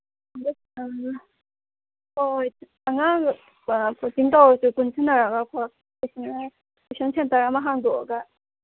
ꯍꯣꯏ ꯑꯉꯥꯡ ꯀꯣꯆꯤꯡ ꯇꯧꯔꯁꯤ ꯄꯨꯟꯁꯤꯟꯅꯔꯒ ꯑꯩꯈꯣꯏ ꯇꯨꯏꯁꯟ ꯁꯦꯟꯇꯔ ꯑꯃ ꯍꯥꯡꯗꯣꯛꯑꯒ